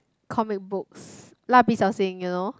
comic books 蜡笔小新:La Bi Xiao Xin you know